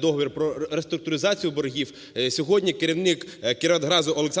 договір про реструктуризацію боргів, сьогодні керівник "Кіровоградгазу" Олександр Гладкий